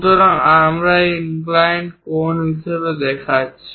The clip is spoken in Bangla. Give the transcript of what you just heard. সুতরাং আমরা এটি একটি ইনক্লাইন্ড কোণ হিসাবে দেখাচ্ছে